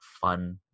fun